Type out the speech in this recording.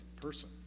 person